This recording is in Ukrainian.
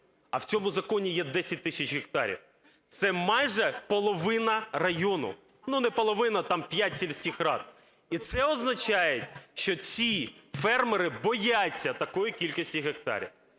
а в цьому законі є 10 тисяч гектарів, це майже половина району. Не половина, там п'ять сільських рад. І це означає, що ці фермери бояться такої кількості гектарів.